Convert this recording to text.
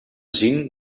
zien